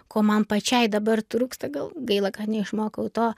ko man pačiai dabar trūksta gal gaila kad neišmokau to